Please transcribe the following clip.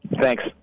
Thanks